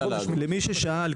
למי ששאל,